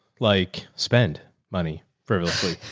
like spend money frivolously,